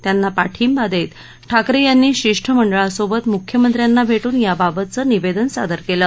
त्यांना पाठिंबा देत ठाकरे यांनी शिष्टमंडळासोबत मुख्यमंत्र्यांना भेटून याबाबतचं निवेदन सादर केलं